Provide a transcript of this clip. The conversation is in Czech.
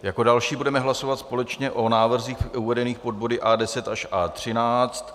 Jako další budeme hlasovat společně o návrzích uvedených pod body A10 až A13.